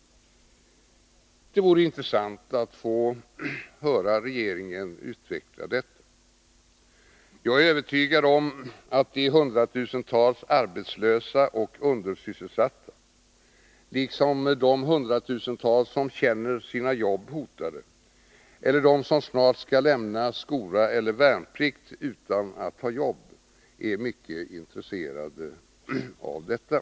Det vore intressant att få höra regeringen utveckla detta. Jag är övertygad om att också de hundratusentals arbetslösa och undersysselsatta, liksom de hundratusentals som känner sina jobb hotade eller som snart skall lämna skola eller värnpliktstjänstgöring utan att ha jobb, är mycket intresserade av detta.